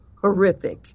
horrific